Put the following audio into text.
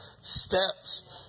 steps